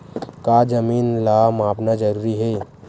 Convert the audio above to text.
का जमीन ला मापना जरूरी हे?